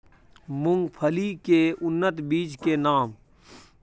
मूंगफली के उन्नत बीज के नाम?